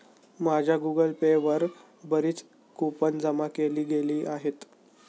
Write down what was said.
माझ्या Google Pay वर बरीच कूपन जमा केली गेली आहेत